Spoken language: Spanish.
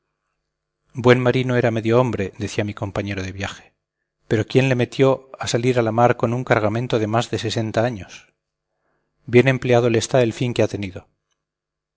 buen marino era medio hombre decía mi compañero de viaje pero quién le metió a salir a la mar con un cargamento de más de sesenta años bien empleado le está el fin que ha tenido